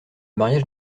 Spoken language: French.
mariage